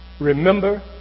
Remember